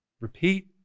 repeat